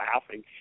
laughing